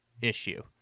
issue